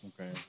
okay